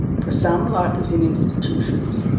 for some, life is in institutions.